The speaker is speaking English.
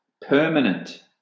permanent